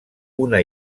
una